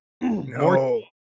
no